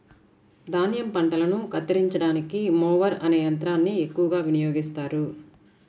ధాన్యం పంటలను కత్తిరించడానికి మొవర్ అనే యంత్రాన్ని ఎక్కువగా వినియోగిస్తారు